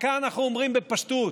וכאן אנחנו אומרים בפשטות: